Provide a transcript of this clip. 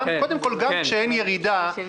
קודם כול, גם כשאין ירידה,